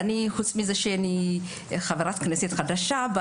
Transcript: חוץ מזה שאני חברת כנסת חדשה,